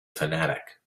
fanatic